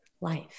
life